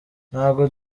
ntabwo